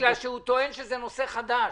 בגלל שהוא טוען שזה נושא חדש.